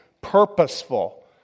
purposeful